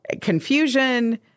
confusion